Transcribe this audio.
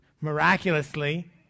miraculously